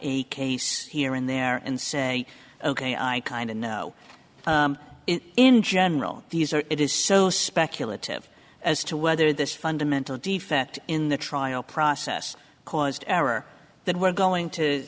a case here and there and say ok i kind of know in general these are it is so speculative as to whether this fundamental defect in the trial process caused error that we're going to